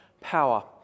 power